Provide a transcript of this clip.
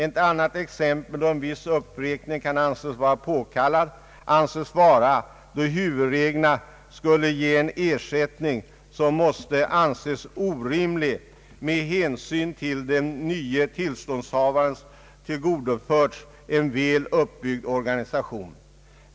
Ett annat exempel där viss uppräkning kan anses påkallad anges vara då huvudreglerna skulle ge en ersättning som måste anses orimlig med hänsyn till att den nye tillståndshava: ren tillgodoförs en väl uppbyggd organisation.